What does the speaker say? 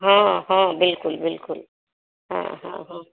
हॅं हॅं बिल्कुल बिल्कुल हॅं हाँ हाँ